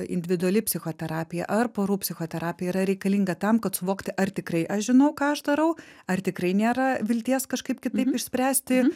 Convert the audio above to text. individuali psichoterapija ar porų psichoterapija yra reikalinga tam kad suvokti ar tikrai aš žinau ką aš darau ar tikrai nėra vilties kažkaip kitaip išspręsti